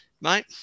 mate